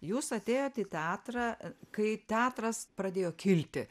jūs atėjot į teatrą kai teatras pradėjo kilti